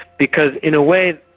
because in a way,